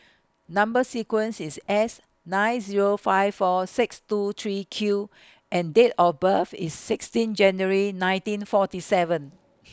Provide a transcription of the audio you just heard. Number sequence IS S nine Zero five four six two three Q and Date of birth IS sixteen January nineteen forty seven